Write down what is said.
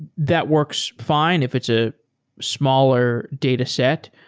that works fine if it's a smaller dataset,